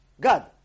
God